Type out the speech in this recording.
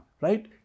right